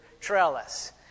trellis